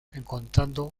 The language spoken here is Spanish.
encontrando